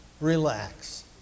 Relax